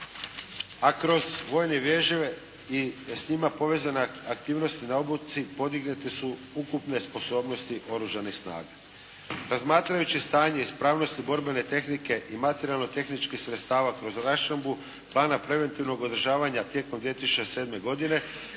a kroz vojne vježbe i s njima povezane aktivnosti na obuci, podignute su ukupne sposobnosti Oružanih snaga. Razmatrajući stanje ispravnosti borbene tehnike i materijalno-tehničkih sredstava kroz raščlambu Plana preventivnog održavanja tijekom 2007. godine,